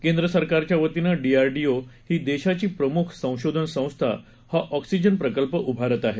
केंद्र सरकारच्या वतीनं डी आर डी ओ ही देशाची प्रमुख संशोधन संस्था हा ऑक्सिजन प्रकल्प उभारत आहे